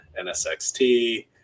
nsxt